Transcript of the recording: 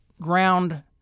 ground